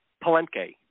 Palenque